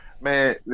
Man